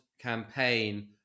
campaign